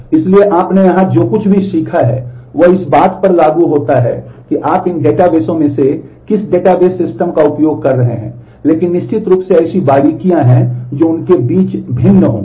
इसलिए आपने यहां जो कुछ भी सीखा है वह इस बात पर लागू होगा कि आप इन डेटाबेसों में से किस डेटाबेस सिस्टम का उपयोग कर रहे हैं लेकिन निश्चित रूप से ऐसी बारीकियां हैं जो उनके बीच भिन्न होंगी